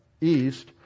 east